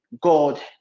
God